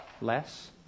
less